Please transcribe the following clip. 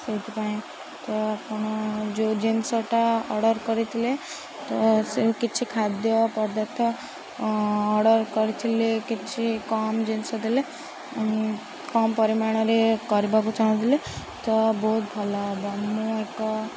ସେଇଥିପାଇଁ ତ ଆପଣ ଯେଉଁ ଜିନିଷଟା ଅର୍ଡ଼ର୍ କରିଥିଲେ ତ ସେ କିଛି ଖାଦ୍ୟ ପଦାର୍ଥ ଅର୍ଡ଼ର୍ କରିଥିଲେ କିଛି କମ୍ ଜିନିଷ ଦେଲେ କମ୍ ପରିମାଣରେ କରିବାକୁ ଚାହୁଁଥିଲେ ତ ବହୁତ ଭଲ ହେବ ମୁଁ ଏକ